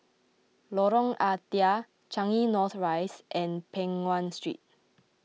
Lorong Ah Thia Changi North Rise and Peng Nguan Street